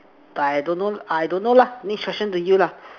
but I don't know I don't know lah next question to you lah